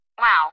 Wow